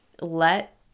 let